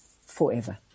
forever